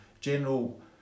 general